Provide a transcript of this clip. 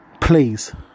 Please